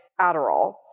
Adderall